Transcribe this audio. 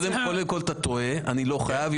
קודם כול אתה טועה, אני לא חייב.